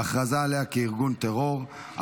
והכרזה עליה כארגון טרור,